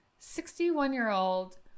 61-year-old